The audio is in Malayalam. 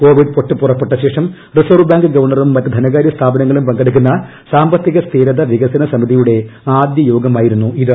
കോവിഡ് പൊട്ടിപുറപ്പെട്ടശേഷം റിസർവ് ബാങ്ക് ഗവർണറും മറ്റ് ധനകാര്യ സ്ഥാപനങ്ങളും പങ്കെടുക്കുന്ന സാമ്പത്തിക സ്ഥിരത വികസന സമിതിയുടെ ആദ്യയോഗമായിരുന്നു ഇത്